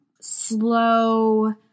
slow